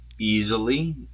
easily